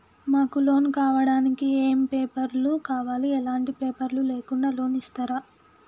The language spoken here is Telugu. మాకు లోన్ కావడానికి ఏమేం పేపర్లు కావాలి ఎలాంటి పేపర్లు లేకుండా లోన్ ఇస్తరా?